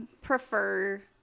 prefer